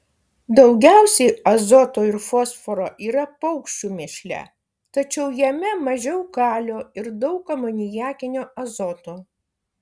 daugiausiai azoto ir fosforo yra paukščių mėšle tačiau jame mažiau kalio ir daug amoniakinio azoto